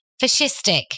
fascistic